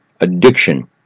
addiction